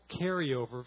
carryover